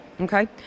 Okay